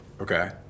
okay